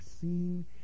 seen